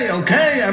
okay